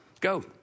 go